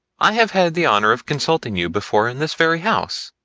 i have had the honor of consulting you before in this very house,